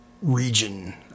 Region